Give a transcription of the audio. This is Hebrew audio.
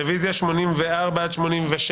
רביזיה על לחלופין ל-59.